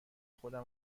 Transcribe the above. خودم